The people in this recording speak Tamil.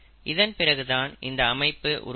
இதன் பிறகுதான் இந்த அமைப்பு உருவாகும்